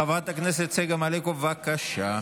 חברת הכנסת צגה מלקו, בבקשה.